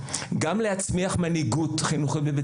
התלמידים; את הצמחת המנהיגות החינוכית בבית